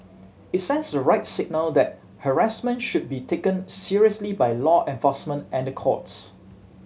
it sends the right signal that harassment should be taken seriously by law enforcement and the courts